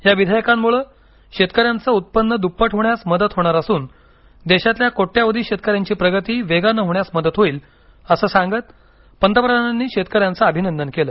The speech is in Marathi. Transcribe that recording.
या विधेयकांमुळे शेतकऱ्यांचं उत्पन्न दुप्पट होण्यास मदत होणार असून देशातल्या कोट्यवधी शेतकऱ्यांची प्रगती वेगानं होण्यास मदत होईल असं सांगत पंतप्रधानांनी शेतकऱ्यांचं अभिनंदन केलं